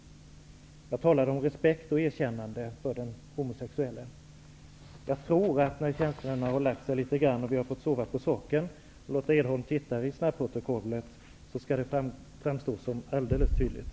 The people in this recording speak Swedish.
Jag talade om respekt för och erkännande av den homosexuelle. Jag tror att det här, när känslorna har lagt sig litet grand och vi har sovit på saken och när Lotta Edholm tittat i snabbprotokollet, framstår alldeles tydligt.